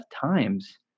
times